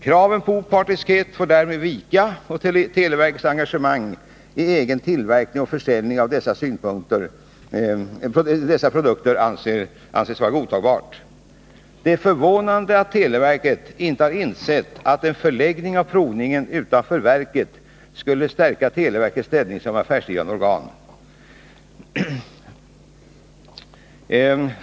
Kraven på opartiskhet får därmed vika, och televerkets engagemang i egen tillverkning och försäljning av dessa produkter anses vara godtagbart. Det är förvånande att televerket inte har insett att en förläggning av provningen utanför verket skulle stärka televerkets ställning som affärsdrivande organ.